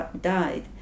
died